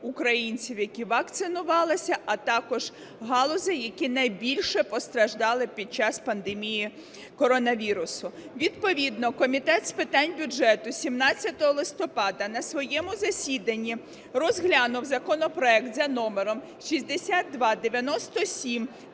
українців, які вакцинувалися, а також галузей, які найбільше постраждали під час пандемії коронавірусу. Відповідно Комітет з питань бюджету 17 листопада на своєму засіданні розглянув законопроект за номером 6297